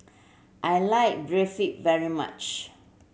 I like Barfi very much